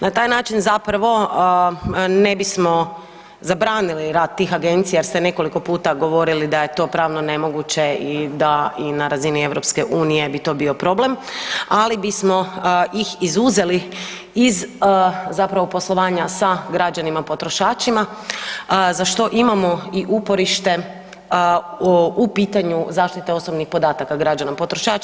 Na taj način zapravo ne bismo zabranili rad tih agencija jer ste nekoliko puta govorili da je to pravno nemoguće i da i na razini Europske unije bi to bio problem, ali bismo ih izuzeli iz zapravo poslovanja sa građanima potrošačima za što imamo i uporište u pitanju zaštite osobnih podataka građana potrošača.